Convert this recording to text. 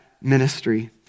ministry